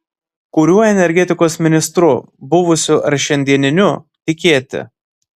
kuriuo energetikos ministru buvusiu ar šiandieniniu tikėti